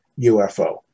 ufo